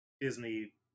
Disney